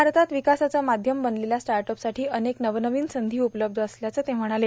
भारतात विकासाचं माध्यम बनलेल्या स्टार्टअपसाठी अनेक नवनवीन संधी उपलब्ध असल्याचं ते म्हणाले